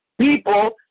people